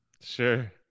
Sure